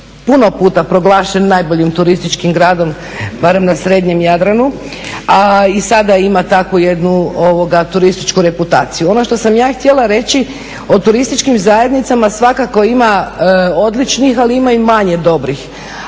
puno puta proglašen najboljim turističkim gradom barem na srednjem Jadranu a i sada ima takvu jednu turističku reputaciju. Ono što sam ja htjela reći o turističkim zajednicama svakako ima odličnih ali ima i manje dobrih.